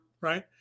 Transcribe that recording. right